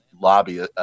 lobby